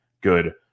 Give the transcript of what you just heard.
good